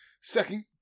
second